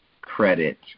credit